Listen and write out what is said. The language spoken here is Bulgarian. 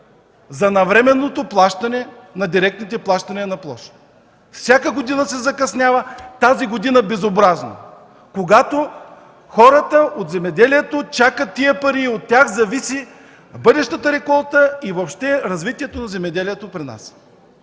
за навременното плащане на директните плащания на площ. Всяка година се закъснява. Тази година – безобразно. Хората от земеделието чакат тези пари и от тях зависи бъдещата реколта и въобще развитието на земеделието при нас.